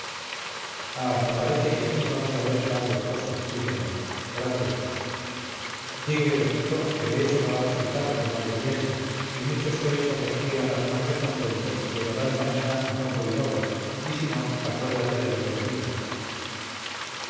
me parece que aquí vamos a ver grandes cosas sí señor grandes cosas digo y repito que de esto va a resultar lo que nadie piensa y muchos que hoy se restriegan las manos de contento llorarán mañana a moco y baba y si no acuérdate de lo que te digo